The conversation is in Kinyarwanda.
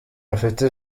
bafite